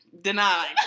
denied